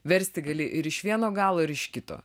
versti gali ir iš vieno galo ir iš kito